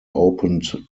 opened